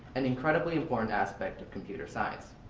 an incredibly important aspect of computer science.